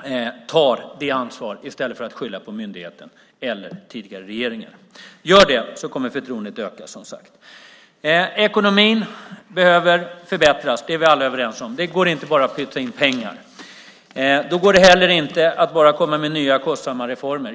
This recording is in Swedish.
ska ta det ansvaret i stället för att skylla på myndigheten eller tidigare regeringar. Gör det så kommer förtroendet att öka, som sagt. Ekonomin behöver förbättras - det är vi alla överens om. Det går inte att bara pytsa in pengar. Då går det inte heller att bara komma med nya kostsamma reformer.